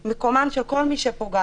מקומה של כל מי שפוגעת,